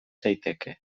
daiteke